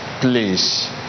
please